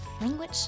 language